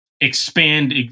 expand